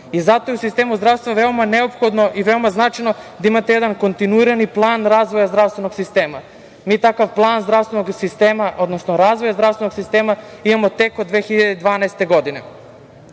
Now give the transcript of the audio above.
i zato je u sistemu zdravstva neophodno i veoma značajno da imate jedan kontinuirani plan razvoja zdravstvenog sistema. Mi takav plan zdravstvenog sistema, odnosno razvoja zdravstvenog sistema imamo tek od 2012. godine. Na